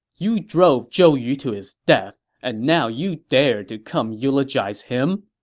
you drove zhou yu to his death, and now you dare to come eulogize him.